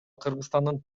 кыргызстандын